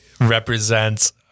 represents